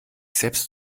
selbst